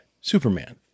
Superman